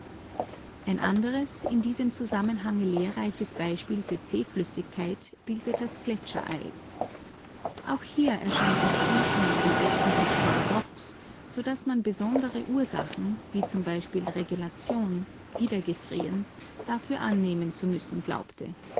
ein anderes für die bewegungen der erdrinde besonders lehrreiches beispiel für zähflüssigkeit bildet das gletschereis auch hier erscheint das fließen auf den ersten blick paradox so daß man besondere ursachen wie z b regelation wiedergefrieren dafür annehmen zu müssen glaubte